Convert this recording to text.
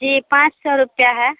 जी पाँच सौ रूपया है